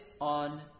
on